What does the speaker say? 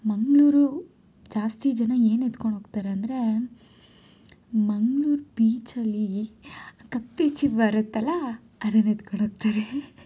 ಮಂಗಳೂರು ಜಾಸ್ತಿ ಜನ ಏನು ಎತ್ಕೊಂಡು ಹೋಗ್ತಾರ್ ಅಂದರೆ ಮಂಗ್ಳೂರು ಬೀಚಲ್ಲಿ ಆ ಕಪ್ಪೆ ಚಿಪ್ಪು ಬರುತ್ತಲ್ಲ ಅದನ್ನ ಎತ್ಕೊಂಡು ಹೋಗ್ತಾರೆ